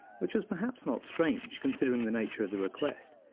which was perhaps not strange, considering the nature of the request.